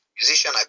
Musician